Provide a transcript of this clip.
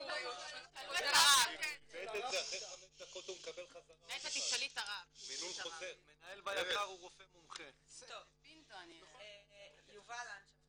--- יובל לנדשפט,